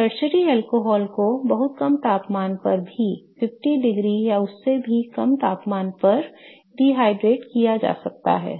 तो tertiary alcohol को बहुत कम तापमान पर भी 50 डिग्री या उससे कम तापमान पर निर्जलित किया जा सकता है